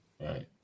right